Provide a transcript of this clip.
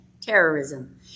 terrorism